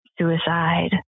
suicide